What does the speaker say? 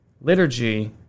liturgy